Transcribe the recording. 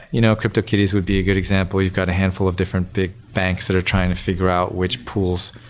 you know cryptokitties would be a good example. you've got a handful of different big banks that are trying to figure out which pools,